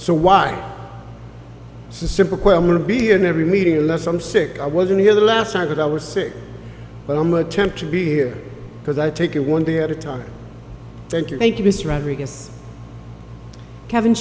question to be in every meeting unless i'm sick i wasn't here the last time that i was sick but i'm attempt to be here because i take it one day at a time thank you thank you mr rodriguez kevin